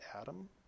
Adam